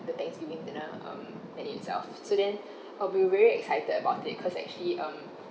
the thanksgiving dinner um that they served so then uh we very excited about it cause actually um